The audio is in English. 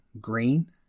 green